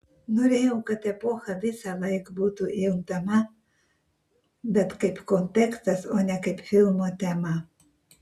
norėjau kad epocha visąlaik būtų juntama bet kaip kontekstas o ne kaip filmo tema